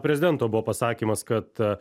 prezidento buvo pasakymas kad